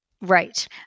Right